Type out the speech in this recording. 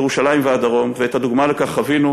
ירושלים והדרום, ואת הדוגמה לכך חווינו